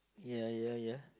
yeah yeah yeah